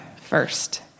first